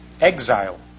Exile